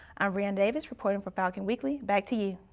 i'm brianna davis reporting for falcon weekly. back to you.